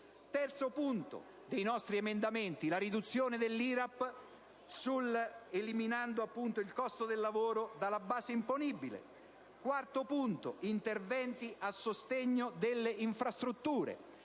affrontata dai nostri emendamenti è la riduzione dell'IRAP, eliminando il costo del lavoro dalla base imponibile. Il quarto punto riguarda interventi a sostegno delle infrastrutture.